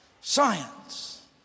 science